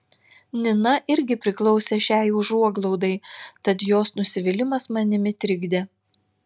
nina irgi priklausė šiai užuoglaudai tad jos nusivylimas manimi trikdė